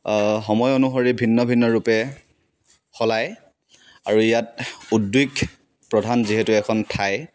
সময় অনুসৰি ভিন্ন ভিন্ন ৰূপে সলায় আৰু ইয়াত উদ্যোগ প্ৰধান যিহেতু এখন ঠাই